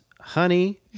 honey